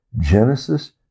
Genesis